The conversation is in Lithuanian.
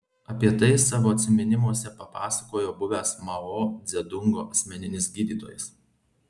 apie tai savo atsiminimuose papasakojo buvęs mao dzedungo asmeninis gydytojas